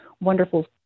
wonderful